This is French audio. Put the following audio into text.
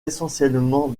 essentiellement